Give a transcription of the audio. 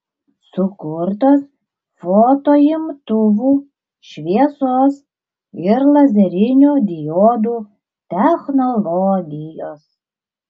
sukurtos fotoimtuvų šviesos ir lazerinių diodų technologijos